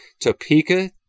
Topeka